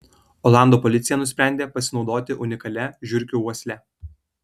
olandų policija nusprendė pasinaudoti unikalia žiurkių uosle